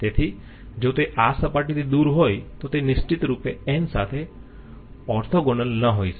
તેથી જો તે આ સપાટીથી દૂર હોય તો તે નિશ્ચિત રૂપે n સાથે ઓર્ટોગોનલ ન હોઈ શકે